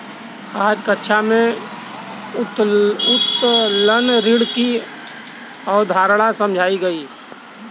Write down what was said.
आज कक्षा में उत्तोलन ऋण की अवधारणा समझाई गई